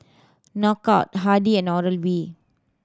Knockout Hardy and Oral B